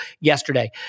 yesterday